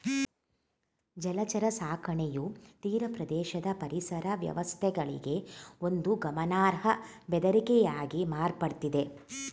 ಜಲಚರ ಸಾಕಣೆಯು ತೀರಪ್ರದೇಶದ ಪರಿಸರ ವ್ಯವಸ್ಥೆಗಳಿಗೆ ಒಂದು ಗಮನಾರ್ಹ ಬೆದರಿಕೆಯಾಗಿ ಮಾರ್ಪಡ್ತಿದೆ